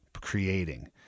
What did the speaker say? creating